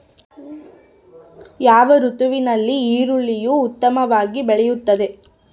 ಯಾವ ಋತುವಿನಲ್ಲಿ ಈರುಳ್ಳಿಯು ಉತ್ತಮವಾಗಿ ಬೆಳೆಯುತ್ತದೆ?